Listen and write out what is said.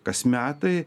kas metai